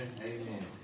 Amen